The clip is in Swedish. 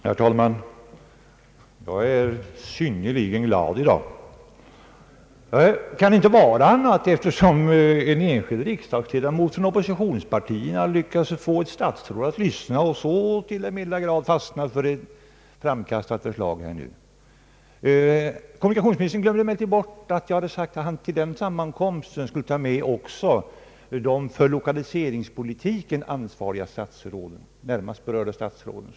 Herr talman! Jag är synnerligen glad i dag. Jag kan inte vara annat, eftersom en enskild riksdagsledamot från ett oppositionsparti lyckats få ett statsråd att lyssna och så till den milda grad fastna för ett framkastat förslag. Kommunikationsministern glömde emellertid bort att jag sade att han till sammankomsten borde ta med även de för lokaliseringspolitiken närmast ansvariga statsråden.